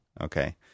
Okay